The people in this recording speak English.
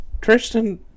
Tristan